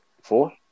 Four